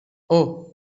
اوه